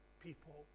people